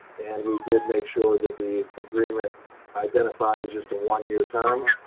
and we did make sure that the agreement identified is just a one year term.